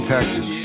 Texas